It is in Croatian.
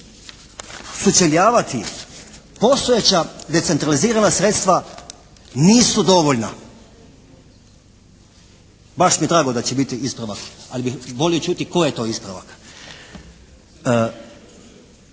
sučeljavati. Postojeća decentralizirana sredstva nisu dovoljna. Baš mi je drago da će biti ispravak, ali bih volio čuti koji je to ispravak.